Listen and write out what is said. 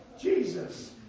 Jesus